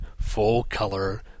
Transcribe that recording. full-color